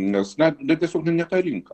nes na na tiesiog ne ta rinka